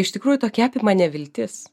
iš tikrųjų tokia apima neviltis